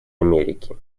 америки